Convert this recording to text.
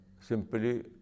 simply